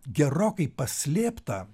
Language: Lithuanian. gerokai paslėptą